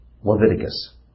Leviticus